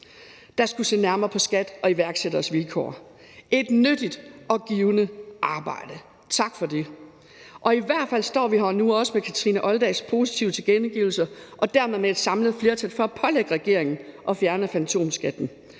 der skulle se nærmere på skat og iværksætteres vilkår. Det var et nyttigt og givende arbejde. Tak for det. I hvert fald står vi her nu med også fru Kathrine Olldags positive tilkendegivelser og dermed med et samlet flertal for at pålægge regeringen at fjerne fantomskatten,